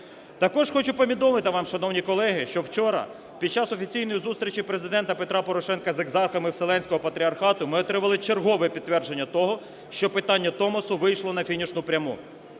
Також хочу повідомити вам, шановні колеги, що вчора під час офіційної зустрічі Президента Петра Порошенка з екзархами Вселенського патріархату ми отримали чергове підтвердження того, що питання Томосу вийшло на фінішну пряму.